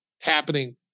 happening